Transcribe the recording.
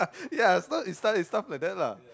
ya so it start it sounds like that lah